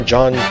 John